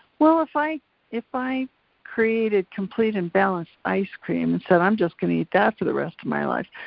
well, if i if i create a complete and balanced ice cream so and i'm just gonna eat that for the rest of my life,